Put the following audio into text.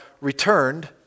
returned